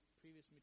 previous